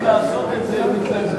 כשאני רציתי לעשות את זה הם התנגדו,